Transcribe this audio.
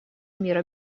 мира